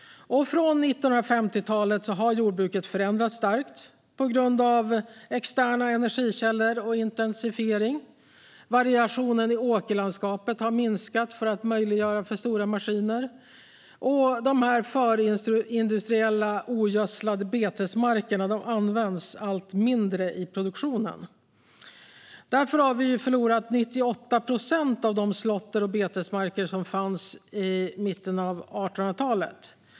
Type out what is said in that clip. Från 1950-talet har jordbruket förändrats starkt på grund av externa energikällor och intensifiering. Variationen i åkerlandskapet har minskat för att möjliggöra för stora maskiner, och de förindustriella ogödslade betesmarkerna används allt mindre i produktionen. Därför har vi förlorat 98 procent av de slåtter och betesmarker som fanns i mitten av 1800-talet.